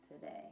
today